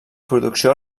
producció